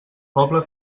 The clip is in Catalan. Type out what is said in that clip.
poble